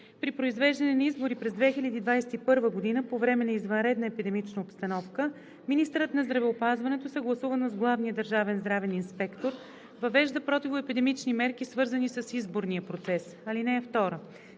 При произвеждане на избори през 2021 г. по време на извънредна епидемична обстановка министърът на здравеопазването съгласувано с главния държавен здравен инспектор въвежда противоепидемични мерки, свързани с изборния процес. (2)